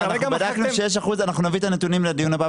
אנחנו נביא את הנתונים לדיון הבא,